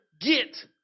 get